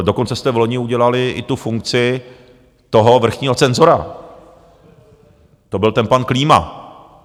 Dokonce jste vloni udělali i tu funkci vrchního cenzora, to byl ten pan Klíma.